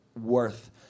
worth